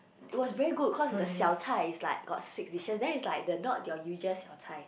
it was very good cause the xiao-chai is like got six dishes then it's like the not your usual xiao-chai